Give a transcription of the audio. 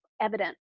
evident